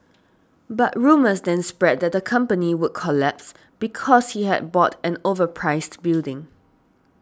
but rumours then spread that the company would collapse because he had bought an overpriced building